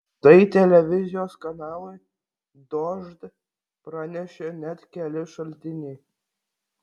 tai televizijos kanalui dožd pranešė net keli šaltiniai